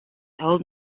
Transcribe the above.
old